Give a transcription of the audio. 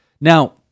now